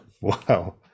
wow